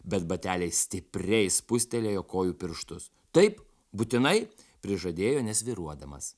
bet bateliai stipriai spustelėjo kojų pirštus taip būtinai prižadėjo nesvyruodamas